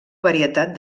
varietat